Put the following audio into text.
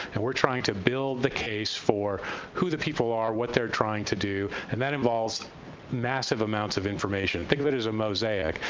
and we're trying to build the case for who the people are, what they're trying to do, and that involves massive amounts of information. think of it is as ah mosaic,